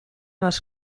les